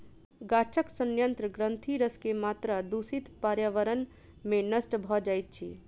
गाछक सयंत्र ग्रंथिरस के मात्रा दूषित पर्यावरण में नष्ट भ जाइत अछि